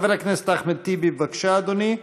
חבר הכנסת אחמד טיבי, בבקשה, אדוני.